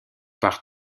par